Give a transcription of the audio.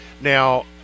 Now